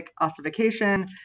ossification